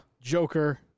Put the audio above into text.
Joker